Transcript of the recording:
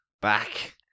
back